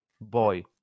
Boy